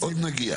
עוד נגיע.